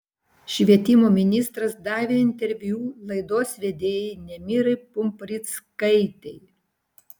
švietimo ministras davė interviu laidos vedėjai nemirai pumprickaitei